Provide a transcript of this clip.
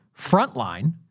frontline